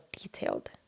detailed